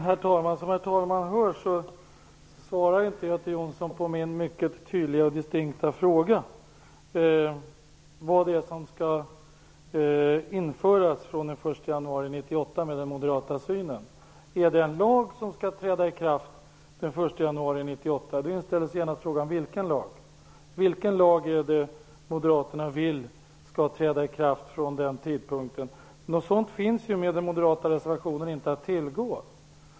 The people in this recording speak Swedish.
Herr talman! Som herr talman hör svarar inte Göte Jonsson på min mycket tydliga och distinkta fråga. Vad är det som skall införas den 1 januari 1998? Är det en lag som skall träda i kraft den 1 januari 1998? Då inställer sig genast frågan: Vilken lag? Vilken lag är det moderaterna vill skall träda i kraft från den tidpunkten? Något sådant förslag finns ju inte att tillgå i den moderata reservationen.